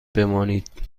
بمانید